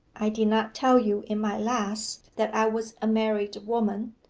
i did not tell you in my last that i was a married woman.